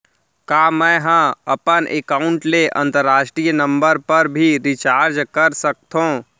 का मै ह अपन एकाउंट ले अंतरराष्ट्रीय नंबर पर भी रिचार्ज कर सकथो